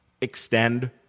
extend